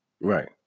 Right